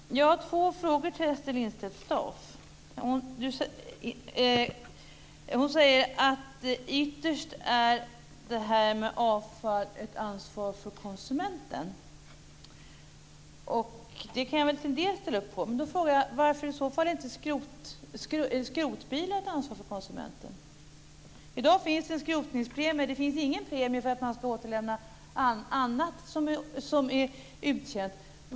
Herr talman! Jag har två frågor till Ester Lindstedt-Staaf. Hon säger att ytterst är avfall ett ansvar för konsumenten. Det kan jag väl till en viss del ställa upp på. Men varför är inte skrotbilar ett ansvar för konsumenten? I dag finns en skrotningspremie, men det finns ingen premie för att återlämna annat som är uttjänt.